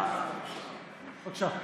בבקשה,